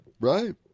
Right